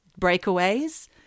breakaways